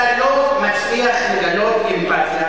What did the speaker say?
אתה לא מצליח לגלות אמפתיה,